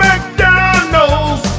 McDonald's